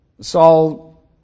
Saul